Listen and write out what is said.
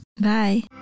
Bye